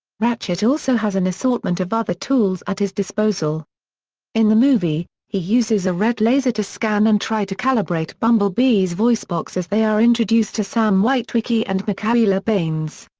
ratchet also has an assortment of other tools at his disposal in the movie, he uses a red laser to scan and try to calibrate bumblebee's voicebox as they are introduced to sam witwicky and mikaela banes.